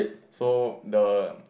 so the